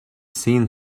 seen